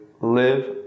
Live